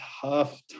tough